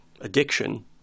addiction